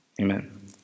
amen